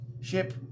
Ship